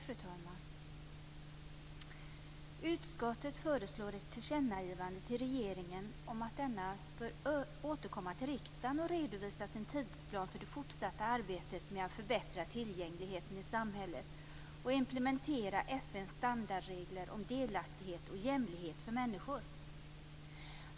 Fru talman! Utskottet föreslår ett tillkännagivande till regeringen om att denna bör återkomma till riksdagen och redovisa sin tidsplan för det fortsatta arbetet med att förbättra tillgängligheten i samhället och implementera FN:s standardregler om delaktighet och jämlikhet för människor.